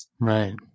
Right